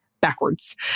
backwards